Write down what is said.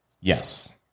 Yes